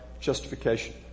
justification